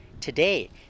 Today